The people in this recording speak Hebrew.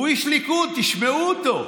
הוא איש ליכוד, תשמעו אותו.